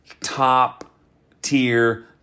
top-tier